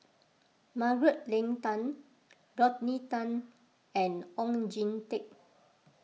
Margaret Leng Tan Rodney Tan and Oon Jin Teik